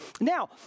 Now